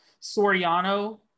Soriano